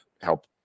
help